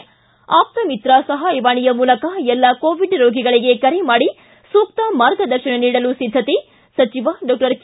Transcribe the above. ಿಕ ಆಪ್ಪಮಿತ್ರ ಸಹಾಯವಾಣೆಯ ಮೂಲಕ ಎಲ್ಲ ಕೋವಿಡ್ ರೋಗಿಗಳಿಗೆ ಕರೆ ಮಾಡಿ ಸೂಕ್ತ ಮಾರ್ಗದರ್ಶನ ನೀಡಲು ಸಿದ್ದತೆ ಸಚಿವ ಡಾಕ್ಟರ್ ಕೆ